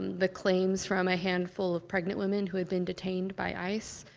the claims from a handful of pregnant women who had been detained by ice.